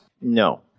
No